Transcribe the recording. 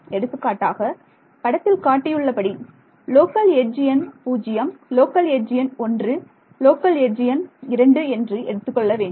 எடுத்துக்காட்டாக படத்தில் காட்டியுள்ளபடி லோக்கல் எட்ஜ் எண் 0 லோக்கல் எட்ஜ் எண் 1 லோக்கல் எட்ஜ் எண் 3 என்று எடுத்துக் கொள்ள வேண்டும்